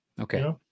Okay